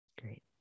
Great